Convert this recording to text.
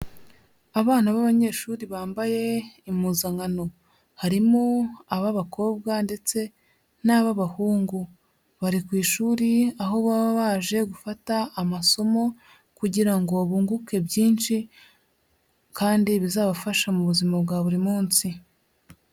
Abana b'abanyeshuri bambaye impuzankano. Harimo ab'abakobwa ndetse n'ab'abahungu. Bari ku ishuri aho baba baje gufata amasomo kugira ngo bunguke byinshi kandi bizabafasha mu buzima bwa buri munsi.